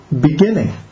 beginning